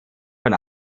von